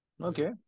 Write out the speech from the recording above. okay